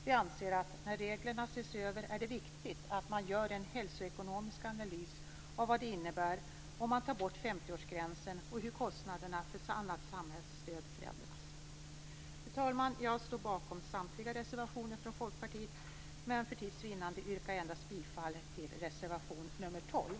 Vi anser att det när reglerna ses över är viktigt att man gör en hälsoekonomisk analys av vad det innebär om man tar bort 50-årsgränsen och hur kostnaderna för annat samhällsstöd förändras. Fru talman! Jag står bakom samtliga reservationer från Folkpartiet, men för tids vinnande yrkar jag bifall endast till reservation 12.